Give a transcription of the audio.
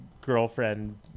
girlfriend